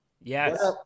Yes